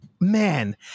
man